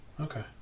Okay